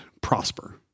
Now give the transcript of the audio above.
prosper